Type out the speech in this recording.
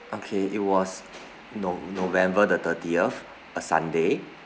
okay it was no~ november the thirtieth a sunday